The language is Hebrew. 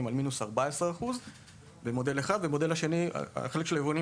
עמד על מינוס 14% במודל אחד; במודל השני החלק של היבואנים